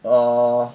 err